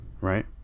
Right